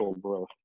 growth